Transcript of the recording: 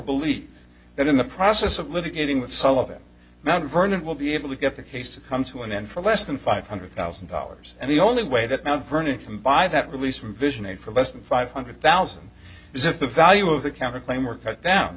believe that in the process of litigating with sullivan mount vernon will be able to get the case to come to an end for less than five hundred thousand dollars and the only way that mt vernon can buy that release from vision a for less than five hundred thousand is if the value of the counterclaim were cut